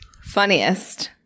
funniest